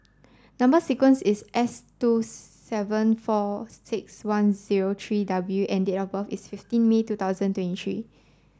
number sequence is S two seven four six one zero three W and date of birth is fifteen May two thousand twenty three